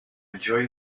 enjoy